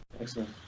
Excellent